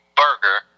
burger